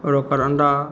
आओर ओकर अण्डा